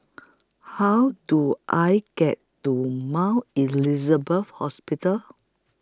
How Do I get to Mount Elizabeth Hospital